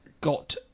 got